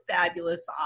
fabulous